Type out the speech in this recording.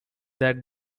that